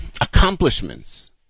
accomplishments